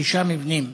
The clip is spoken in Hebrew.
שישה מבנים,